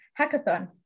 Hackathon